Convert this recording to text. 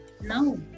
No